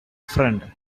friend